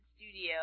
studio